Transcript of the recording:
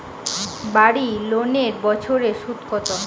বাড়ি লোনের বছরে সুদ কত?